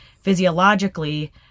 Physiologically